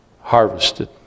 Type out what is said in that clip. harvested